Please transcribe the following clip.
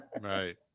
Right